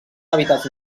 hàbitats